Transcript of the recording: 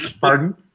Pardon